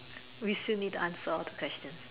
we still need to answer all the question